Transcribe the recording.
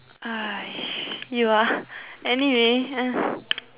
you ah anyway